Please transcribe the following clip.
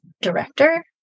director